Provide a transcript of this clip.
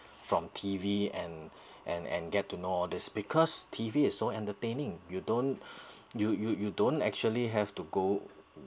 from T_V and and and get to know all these because T_V is so entertaining you don't you you you don't actually have to go